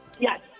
Yes